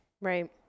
right